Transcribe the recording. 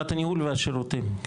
הניהול והשירותים.